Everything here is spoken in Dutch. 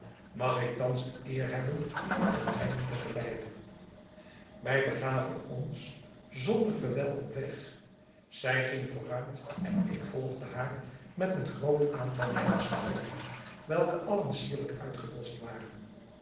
mag ik thans de eer hebben u ten mijnent te geleiden wij begaven ons zonder verwijl op weg zij ging vooruit en ik volgde haar met een groot aantal mijner slavinnen welke allen sierlijk uitgedost waren